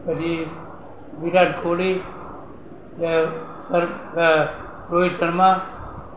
પછી વિરાટ કોહલી રોહિત શર્મા